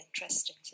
interesting